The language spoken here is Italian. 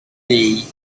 bay